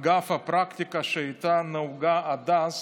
אגב, הפרקטיקה שהייתה נהוגה עד אז